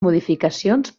modificacions